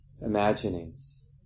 imaginings